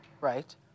Right